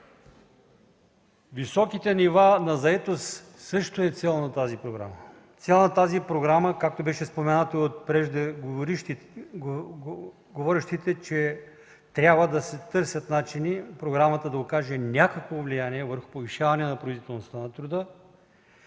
Високите нива на заетост също е цел на тази програма. Цел на програмата, както беше споменато от преждеговорившите, е, че трябва да се търсят начини тя да окаже някакво влияние върху повишаване на производителността на труда,